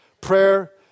Prayer